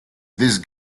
these